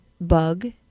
bug